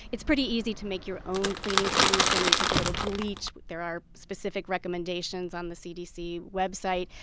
it's pretty easy to make your own cleaning solution. you take a little bleach. there are specific recommendations on the cdc website.